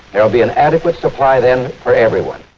there'll be an adequate supply then for everyone.